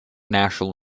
national